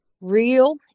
Real